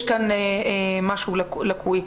יש כאן משהו לקוי.